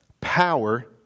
power